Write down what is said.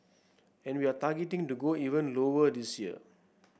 and we are targeting to go even lower this year